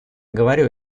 говорю